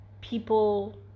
people